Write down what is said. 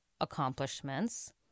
accomplishments